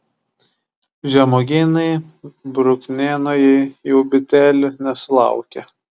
žemuogynai bruknienojai jau bitelių nesulaukia